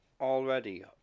Already